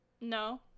no